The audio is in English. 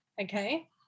Okay